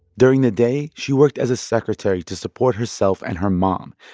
during the day, she worked as a secretary to support herself and her mom.